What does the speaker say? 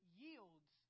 yields